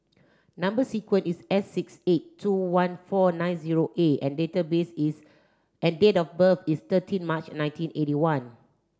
number sequence is S six eight two one four nine zero A and database is and date of birth is thirteen March nineteen eighty one